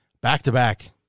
back-to-back